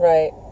Right